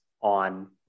on